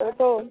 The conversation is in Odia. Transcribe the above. ଏଇତ